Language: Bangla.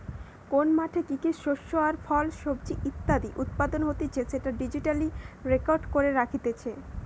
কোন মাঠে কি কি শস্য আর ফল, সবজি ইত্যাদি উৎপাদন হতিছে সেটা ডিজিটালি রেকর্ড করে রাখতিছে